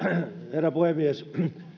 herra puhemies